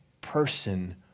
person